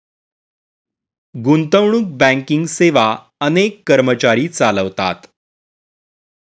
गुंतवणूक बँकिंग सेवा अनेक कर्मचारी चालवतात